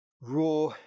Raw